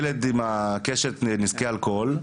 אז ילד על קשת נזקי האלכוהול,